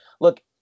look